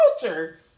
culture